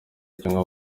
cyangwa